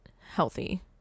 healthy